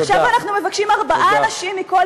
ועכשיו אנחנו מבקשים ארבעה אנשים מכל